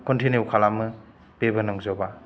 continue खालामो बेबो नंजोबा